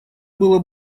было